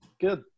Good